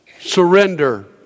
surrender